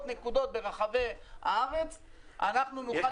נקודות ברחבי הארץ אנחנו נוכל לקלוט את זה.